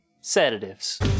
Sedatives